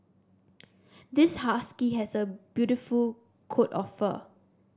this husky has a beautiful coat of fur